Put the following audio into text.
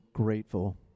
Grateful